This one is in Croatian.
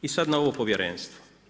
I sad na ovo Povjerenstvo.